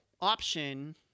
option